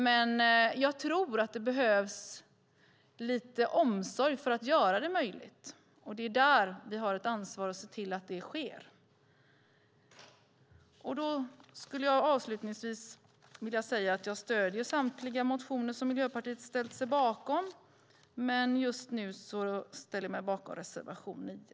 Men jag tror att det behövs lite omsorg för att göra det möjligt. Det är där vi har ett ansvar, att se till att det sker. Avslutningsvis skulle jag vilja säga att jag stöder samtliga motioner som Miljöpartiet har ställt sig bakom, men just nu ställer jag mig bakom reservation 9.